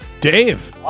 Dave